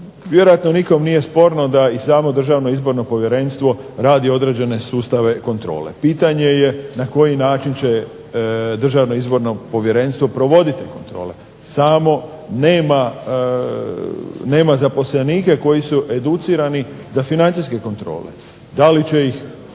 vjerojatno nikome nije sporno da i samo Državno izborno povjerenstvo radi određene sustave kontrole. Pitanje je na koji način će Državno izborno povjerenstvo provoditi te kontrole, samo nema zaposlenike koji su educirani za financijske kontrole. DA li će ih